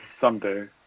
someday